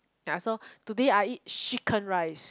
ya so today I eat chicken rice